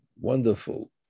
wonderful